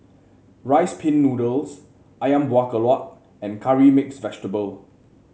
Rice Pin Noodles ayam Buah Keluak and Curry Mixed Vegetable